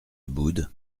aboud